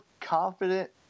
confident